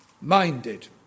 minded